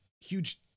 huge